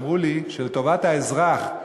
שאמרו לי שלטובת האזרח,